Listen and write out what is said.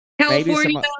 California